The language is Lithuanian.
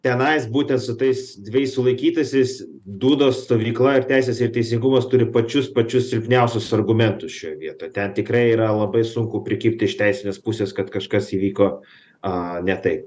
tenais būtent su tais dvejais sulaikytasis dūdos stovykla ir teisės ir teisingumas turi pačius pačius silpniausius argumentus šioj vietoj ten tikrai yra labai sunku prikibti iš teisinės pusės kad kažkas įvyko a ne taip